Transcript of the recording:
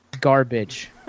garbage